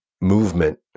movement